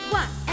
one